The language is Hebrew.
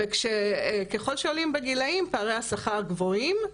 ככל שעולים בגילאים, פערי השכר גבוהים.